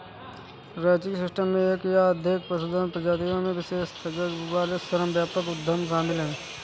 ranching system में एक या अधिक पशुधन प्रजातियों में विशेषज्ञता वाले श्रम व्यापक उद्यम शामिल हैं